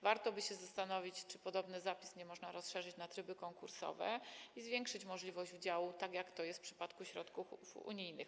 Warto się zastanowić, czy podobnego zapisu nie można rozszerzyć na tryby konkursowe i zwiększyć możliwość udziału, tak jak to jest w przypadku środków unijnych.